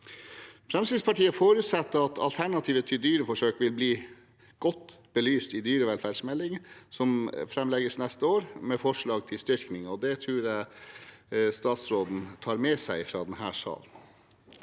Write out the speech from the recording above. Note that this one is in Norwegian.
Fremskrittspartiet forutsetter at alternativer til dyreforsøk vil bli godt belyst i dyrevelferdsmeldingen som framlegges neste år, med forslag til styrkninger her. Det tror jeg statsråden vil ta med seg fra denne salen.